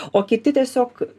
o kiti tiesiog